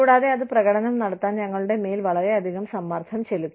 കൂടാതെ അത് പ്രകടനം നടത്താൻ ഞങ്ങളുടെ മേൽ വളരെയധികം സമ്മർദ്ദം ചെലുത്തി